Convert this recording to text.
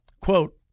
Quote